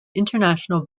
international